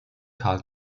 karl